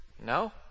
No